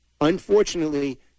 Unfortunately